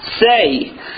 say